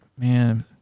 Man